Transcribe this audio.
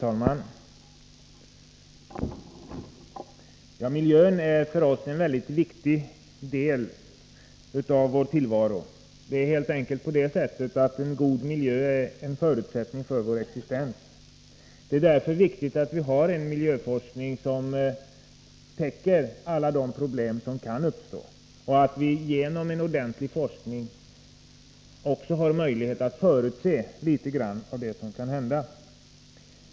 Herr talman! Miljön är en mycket viktig del av vår tillvaro. Det är helt enkelt på det sättet att en god miljö är en förutsättning för vår existens. Det är därför viktigt att vi har en miljöforskning som bevakar alla de problem som kan uppstå och även att vi genom en ordentlig forskning får möjlighet att förutse litet grand av det som kan hända.